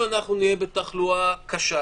אם נהיה בתחלואה קשה